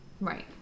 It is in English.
Right